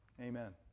Amen